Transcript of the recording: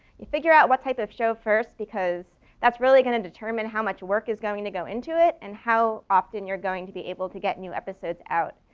you figure out what type of show first because that's really going to determine how much work is going to go into it and how often you're going to be able to get new episodes out.